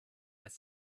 als